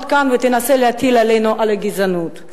כאן ותנסה להטיל עלינו על הגזענות.